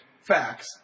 facts